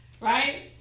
Right